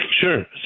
Sure